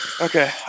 Okay